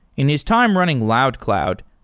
in his time running loudcloud,